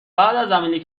عملی